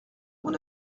mon